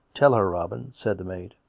tell her, robin, said the maid.